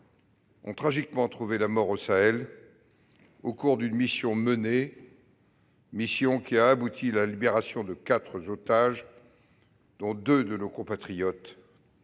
ont tragiquement trouvé la mort au Sahel, au cours d'une mission ayant abouti à la libération de quatre otages, dont deux de nos compatriotes,